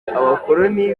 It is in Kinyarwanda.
abakoloni